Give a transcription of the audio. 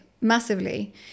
Massively